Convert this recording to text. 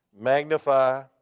Magnify